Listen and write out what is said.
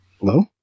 Hello